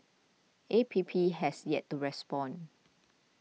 A P P has yet to respond